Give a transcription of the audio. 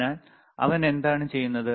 അതിനാൽ അവൻ എന്താണ് ചെയ്യുന്നത്